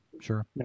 Sure